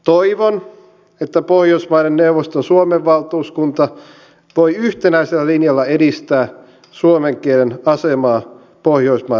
toivon että pohjoismaiden neuvoston suomen valtuuskunta voi yhtenäisellä linjalla edistää suomen kielen asemaa pohjoismaiden neuvostossa